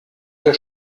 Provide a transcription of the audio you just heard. der